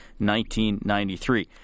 1993